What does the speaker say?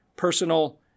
Personal